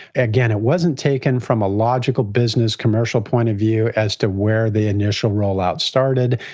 again, it wasn't taken from a logical business commercial point of view as to where the initial rollout started.